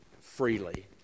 freely